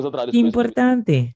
importante